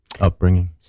upbringing